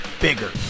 Bigger